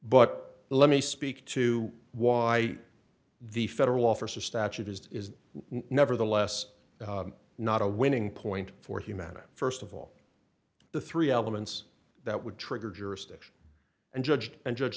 but let me speak to why the federal officer statute is it is nevertheless not a winning point for humana st of all the three elements that would trigger jurisdiction and judged and judge